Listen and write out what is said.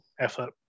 effort